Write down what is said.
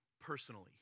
personally